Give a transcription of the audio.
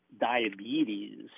diabetes